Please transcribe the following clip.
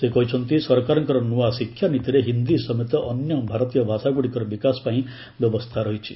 ସେ କହିଛନ୍ତି ସରକାରଙ୍କର ନୂଆ ଶିକ୍ଷାନୀତିରେ ହିନ୍ଦୀ ସମେତ ଅନ୍ୟ ଭାରତୀୟ ଭାଷାଗୁଡ଼ିକର ବିକାଶ ପାଇଁ ବ୍ୟବସ୍ଥା ରହିଛି